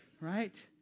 right